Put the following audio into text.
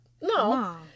no